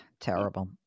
terrible